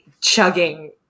chugging